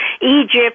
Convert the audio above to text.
Egypt